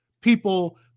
people